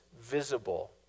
visible